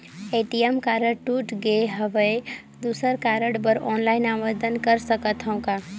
ATM card टूट गे हववं दुसर कारड बर ऑनलाइन आवेदन कर सकथव का?